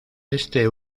este